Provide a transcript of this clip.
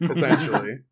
Essentially